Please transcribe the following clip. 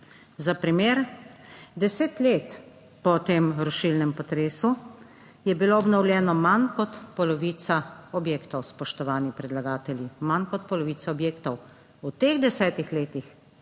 Za primer, deset let po tem rušilnem potresu je bilo obnovljeno manj kot polovica objektov, spoštovani predlagatelji. Manj kot polovica objektov. V teh desetih letih